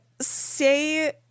say